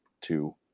two